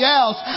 else